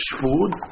food